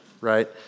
right